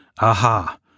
Aha